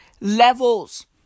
levels